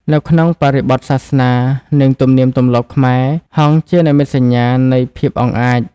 នៅក្នុងបរិបទសាសនា និងទំនៀមទម្លាប់ខ្មែរ ហង្សជានិមិត្តសញ្ញានៃភាពអង់អាច។